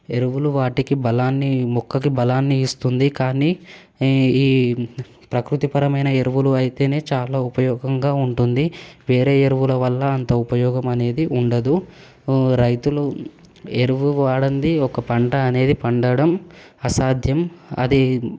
ఎరువులు వాటికి బలాన్ని మొక్కకి బలాన్ని ఇస్తుంది కానీ ఈ ప్రకృతి పరమైన ఎరువులు అయితేనే చాలా ఉపయోగంగా ఉంటుంది వేరే ఎరువుల వల్ల అంత ఉపయోగం అనేది ఉండదు రైతులు ఎరువు వాడంది ఒక పంట అనేది పండడం అసాధ్యం అది